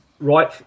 Right